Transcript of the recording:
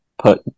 put